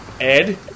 Ed